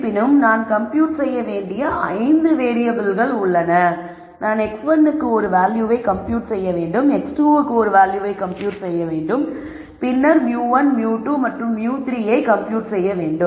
இருப்பினும் நான் கம்ப்யூட் செய்ய வேண்டிய 5 வேறியபிள்கள் உள்ளன நான் x1 க்கு ஒரு வேல்யூவை கம்ப்யூட் செய்ய வேண்டும் x2 க்கு ஒரு வேல்யூவை கம்ப்யூட் செய்ய வேண்டும் பின்னர் நான் μ1 μ2 மற்றும் μ3 ஐ கம்ப்யூட் செய்ய வேண்டும்